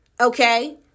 Okay